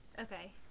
okay